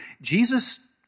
Jesus